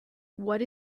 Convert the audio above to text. what